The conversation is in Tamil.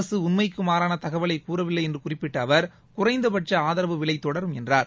அரசு உண்மைக்கு மாறான தகவலைக் கூறவில்லை என்று குறிப்பிட்ட அவர் குறைந்த பட்ச ஆதரவு விலை தொடரும் என்றார்